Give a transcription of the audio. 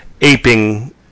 aping